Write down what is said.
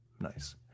nice